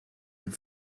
een